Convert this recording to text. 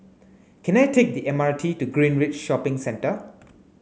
can I take the M R T to Greenridge Shopping Centre